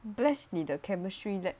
blessed 你的 chemistry lab